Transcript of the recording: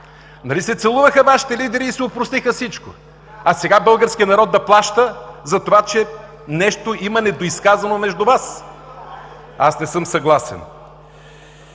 Нали се целуваха Вашите лидери и си опростиха всичко, а сега българският народ да плаща затова, че нещо има недоизказано между Вас. Аз не съм съгласен.